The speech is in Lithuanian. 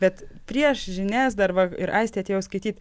bet prieš žinias dar va ir aistė atėjo skaityt